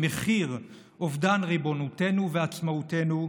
במחיר אובדן ריבונותנו ועצמאותנו,